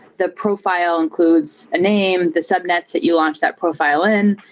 the profile includes a name, the subnets that you launch that profile in,